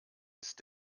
ist